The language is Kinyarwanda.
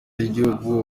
y’igihugu